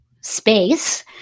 space